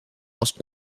was